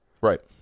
Right